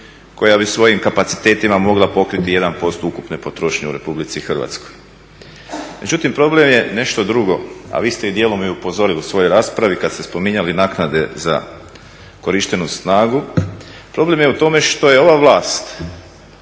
koja bi svojim kapacitetima mogla pokriti 1% ukupne potrošnje u Republici Hrvatskoj. Međutim, problem je nešto drugo, a vi ste djelom i upozorili u svojoj raspravi, kad ste spominjali naknade za korištenu snagu. Problem je u tome što je ova vlast,